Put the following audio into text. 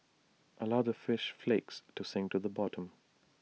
allow the fish flakes to sink to the bottom